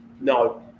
No